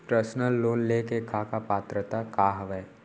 Personal loan ले के का का पात्रता का हवय?